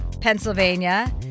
Pennsylvania